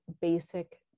basic